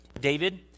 David